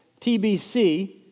TBC